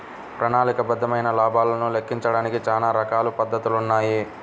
ప్రణాళికాబద్ధమైన లాభాలను లెక్కించడానికి చానా రకాల పద్ధతులున్నాయి